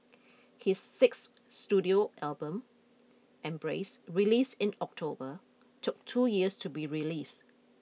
his sixth studio album embrace released in October took two years to be release